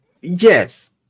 Yes